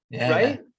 right